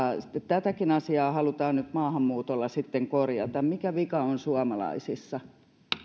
tätäkin asiaa halutaan nyt maahanmuutolla sitten korjata mikä vika on suomalaisissa